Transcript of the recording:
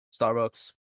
Starbucks